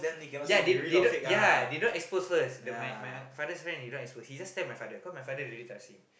ya they they don't ya they don't expose first the my my father's friend did not expose he just tell my father cause my father really trust him